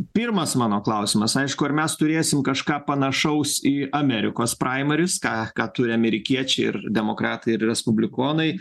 pirmas mano klausimas aišku ar mes turėsim kažką panašaus į amerikos praimaris ką ką turi amerikiečiai ir demokratai ir respublikonai